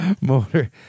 Motor